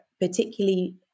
particularly